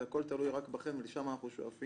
זה הכול תלוי רק בכם ולשם אנחנו שואפים.